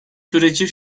süreci